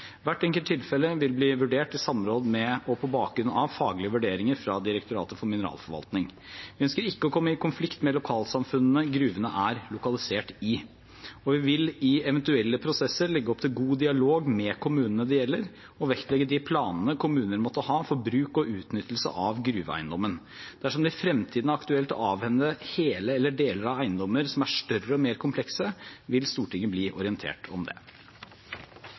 Hvert enkelt tilfelle vil bli vurdert i samråd med og på bakgrunn av faglige vurderinger fra Direktoratet for mineralforvaltning. Vi ønsker ikke å komme i konflikt med lokalsamfunnene gruvene er lokalisert i, og vi vil i eventuelle prosesser legge opp til en god dialog med kommunene det gjelder, og vektlegge de planene kommunen måtte ha for bruk og utnyttelse av gruveeiendommen. Dersom det i fremtiden er aktuelt å avhende hele eller deler av eiendommer som er større og mer komplekse, vil Stortinget bli orientert om det.